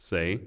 Say